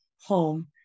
home